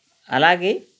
అలాగే